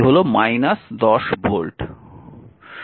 সুতরাং আমরা লিখব 10